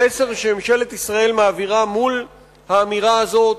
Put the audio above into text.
המסר שממשלת ישראל מעבירה מול האמירה הזאת